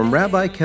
rabbi